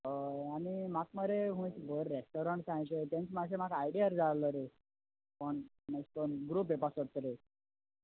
आनी म्हाका मरे बोरें रेंस्टोरंट सांगचे तेचे म्हाका मातशें आयडियार जाय आसलो रे कोण तो ग्रुप येवपा सोदता रे